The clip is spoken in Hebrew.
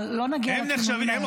אבל לא נגיע לכינויים האלה.